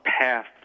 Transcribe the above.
path